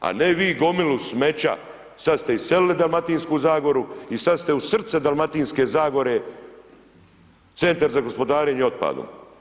A ne vi, gomilu smeća, sad ste iselili Dalmatinsku zagoru i sad ste u srce Dalmatinske zagore, centar za gospodarenje otpadom.